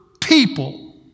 people